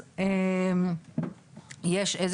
אבל לא, בוודאי שאם יש משהו